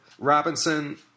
Robinson